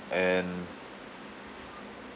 and